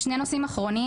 שני נושאים אחרונים.